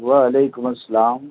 و علیکم السلام